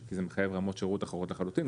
כי זה מחייב רמות שירות אחרות לחלוטין,